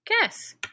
Guess